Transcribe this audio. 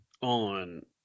On